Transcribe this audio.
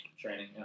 training